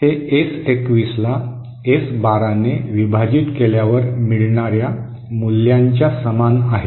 हे एस 21 ला एस 12 ने विभाजित केल्यावर मिळणाऱ्या मूल्यांच्या समान आहे